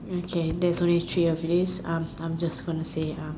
okay there is only three of these um I'm just gonna say um